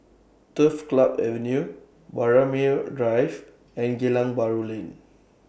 Turf Club Avenue Braemar Drive and Geylang Bahru Lane